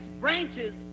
branches